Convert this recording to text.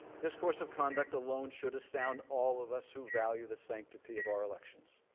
this course of conduct alone should astound all of us who value the sanctity of our elections.